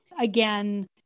Again